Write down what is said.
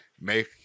make